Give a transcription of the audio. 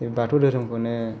बाथौ दोहोरोमखौनो